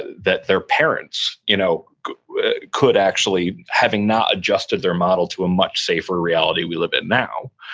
that their parents you know could actually, having not adjusted their model to a much safer reality we live in now,